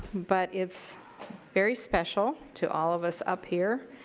but it's very special to all of us up here.